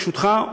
ברשותך,